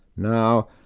now,